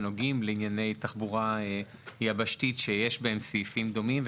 שנוגעים לענייני תחבורה יבשתית ויש בהם סעיפים דומים.